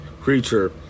creature